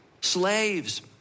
Slaves